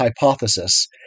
hypothesis